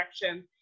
direction